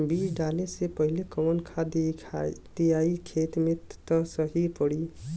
बीज डाले से पहिले कवन खाद्य दियायी खेत में त सही पड़ी?